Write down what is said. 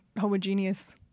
homogeneous